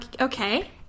Okay